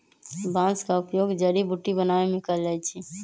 बांस का उपयोग जड़ी बुट्टी बनाबे में कएल जाइ छइ